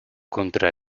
contra